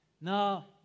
Now